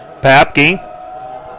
Papke